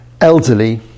elderly